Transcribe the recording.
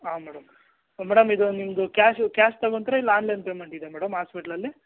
ಹಾಂ madam madam ಇದು ನಿಮ್ಮದು ಕ್ಯಾಶ್ ಕ್ಯಾಶ್ ತಗೋತಿರ ಇಲ್ಲ ಆನ್ಲೈನ್ ಪೇಮೆಂಟ್ ಇದೆಯಾ ಮೇಡಮ್ ಆಸ್ಪಿಟ್ಲಲ್ಲಿ